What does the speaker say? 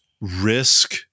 risk